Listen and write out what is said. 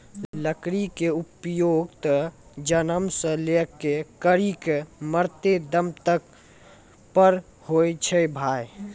लकड़ी के उपयोग त जन्म सॅ लै करिकॅ मरते दम तक पर होय छै भाय